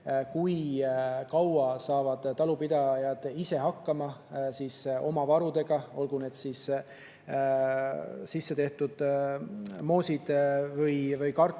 kui kaua saavad talupidajad ise hakkama oma varudega, olgu need siis sissetehtud moosid või kartuli-